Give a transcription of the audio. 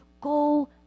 go